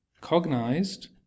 cognized